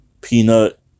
Peanut